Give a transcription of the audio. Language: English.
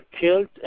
killed